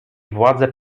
władze